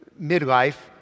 midlife